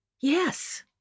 Yes